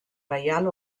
reial